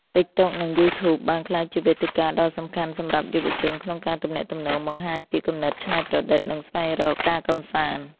TikTok និង YouTube បានក្លាយជាវេទិកាដ៏សំខាន់សម្រាប់យុវជនក្នុងការទំនាក់ទំនង បង្ហាញពីគំនិតច្នៃប្រឌិត និងស្វែងរកការកម្សាន្ត។